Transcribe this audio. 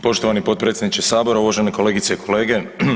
Poštovani potpredsjedniče sabora, uvažene kolegice i kolege.